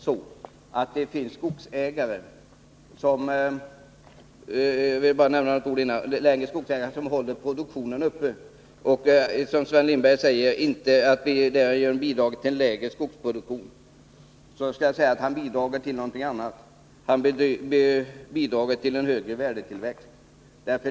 Sven Lindberg säger att det finns skogsägare som håller igen produktionen och som därigenom bidrar till en lägre skogsproduktion. Då måste jag säga att Sven Lindberg vill bidra till någonting annat, nämligen till en lägre värdetillväxt.